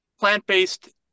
plant-based